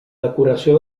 decoració